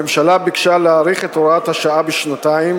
הממשלה ביקשה להאריך את הוראת השעה בשנתיים